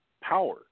power